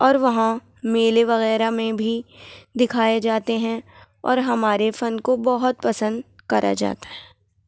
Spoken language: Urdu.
اور وہاں میلے وغیرہ میں بھی دکھائے جاتے ہیں اور ہمارے فن کو بہت پسند کرا جاتا ہے